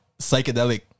psychedelic